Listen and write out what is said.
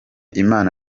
imana